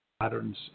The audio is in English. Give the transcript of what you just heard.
patterns